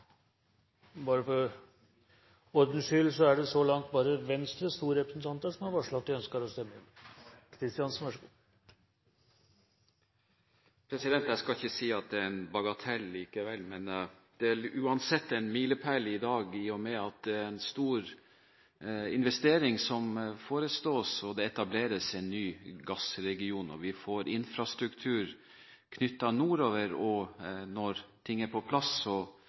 bare Venstres to representanter som har varslet at de ønsker å stemme imot. Jeg skal ikke si at det er en bagatell, men det er uansett en milepæl i dag i og med at det er en stor investering som forestås, det etableres en ny gassregion, og vi får infrastruktur knyttet nordover. Når ting er på plass,